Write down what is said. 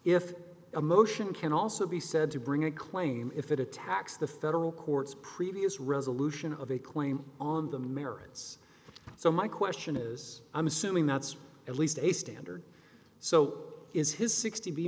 a motion can also be said to bring a claim if it attacks the federal courts previous resolution of a claim on the merits so my question is i'm assuming that's at least a standard so is his sixty